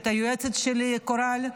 את היועצת שלי קורל,